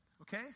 Okay